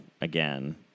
again